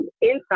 inside